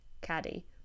caddy